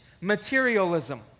materialism